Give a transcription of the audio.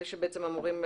אלה שבתוך החוק הזה,